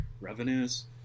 revenues